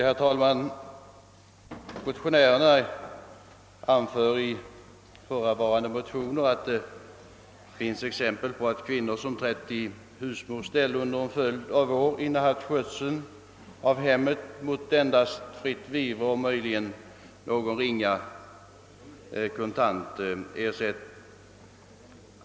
Herr talman! Motionärerna anför i förevarande motioner att det finns exempel på att kvinnor som trätt i husmors ställe och under en följd av år handhaft skötseln av hemmet mot endast fritt vivre eller möjligen också någon ringa kontant ersättning.